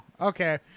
Okay